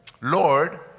Lord